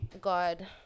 God